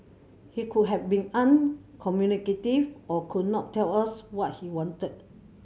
he could have been uncommunicative or could not tell us what he wanted